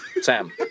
Sam